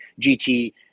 GT